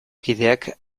kideak